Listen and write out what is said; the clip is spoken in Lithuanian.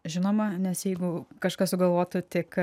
žinoma nes jeigu kažkas sugalvotų tik